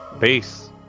Peace